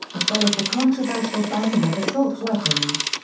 as well as the controversial banning of assault weapons.